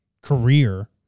career